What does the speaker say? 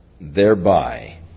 thereby